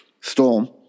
Storm